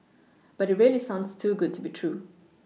but it really sounds too good to be true